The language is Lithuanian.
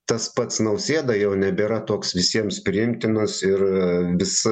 tas pats nausėda jau nebėra toks visiems priimtinas ir visa